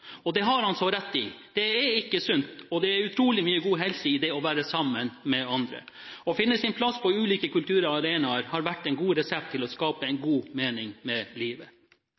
Det har han så rett i – det er ikke sunt, og det er utrolig mye god helse i det å være sammen med andre. Å finne sin plass på ulike kulturarenaer har vært en god resept for å skape en god mening med livet.